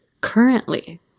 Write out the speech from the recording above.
currently